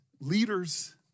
leaders